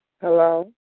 Hello